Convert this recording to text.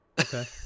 Okay